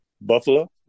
Buffalo